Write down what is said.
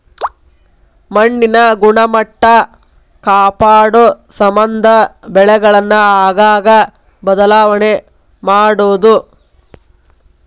ಮಣ್ಣಿನ ಗುಣಮಟ್ಟಾ ಕಾಪಾಡುಸಮಂದ ಬೆಳೆಗಳನ್ನ ಆಗಾಗ ಬದಲಾವಣೆ ಮಾಡುದು